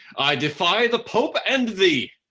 i defy the pope and thee.